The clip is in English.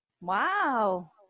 Wow